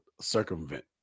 circumvent